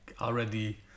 already